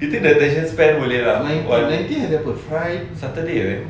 you think the attention span boleh lah saturday right